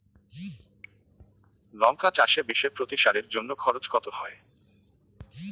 লঙ্কা চাষে বিষে প্রতি সারের জন্য খরচ কত হয়?